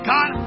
God